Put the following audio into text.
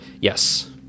Yes